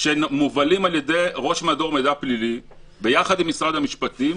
שמובלים על ידי ראש מדור מידע פלילי ביחד עם משרד המשפטים,